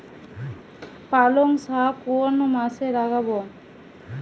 পালংশাক কোন মাসে লাগাব?